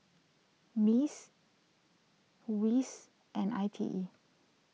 Mice Wits and I T E